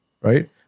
Right